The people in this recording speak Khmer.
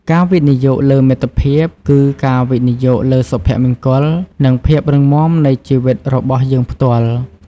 ការវិនិយោគលើមិត្តភាព គឺការវិនិយោគលើសុភមង្គល និងភាពរឹងមាំនៃជីវិតរបស់យើងផ្ទាល់។